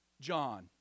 John